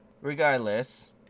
Regardless